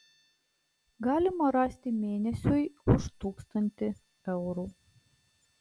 galima rasti mėnesiui už tūkstantį eurų